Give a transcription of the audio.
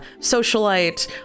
socialite